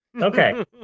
Okay